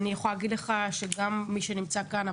גם מי שנמצא כאן,